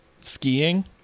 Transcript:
skiing